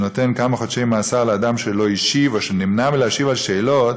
שנותן כמה חודשי מאסר לאדם שלא השיב או נמנע מלהשיב על שאלות,